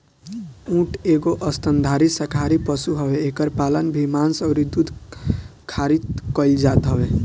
ऊँट एगो स्तनधारी शाकाहारी पशु हवे एकर पालन भी मांस अउरी दूध खारित कईल जात हवे